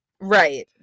Right